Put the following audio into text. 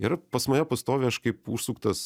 yra pas mane pastoviai aš kaip užsuktas